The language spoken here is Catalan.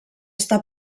està